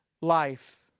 life